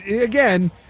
Again